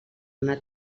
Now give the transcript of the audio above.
una